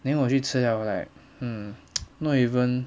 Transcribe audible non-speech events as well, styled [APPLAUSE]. then 我去吃 liao 我 like hmm [NOISE] not even